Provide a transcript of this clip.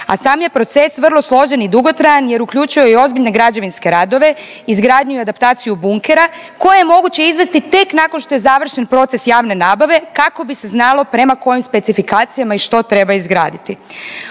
a sam je proces vrlo složen i dugotrajan jer uključuje i ozbiljne građevinske radove, izgradnju i adaptaciju bunkera koje je moguće izvesti tek nakon što je završen proces javne nabave kako bi se znalo prema kojim specifikacijama i što treba izgraditi.